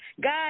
God